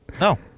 No